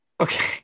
Okay